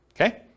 Okay